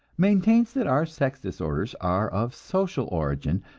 maintains that our sex disorders are of social origin,